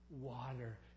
water